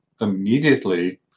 immediately